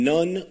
None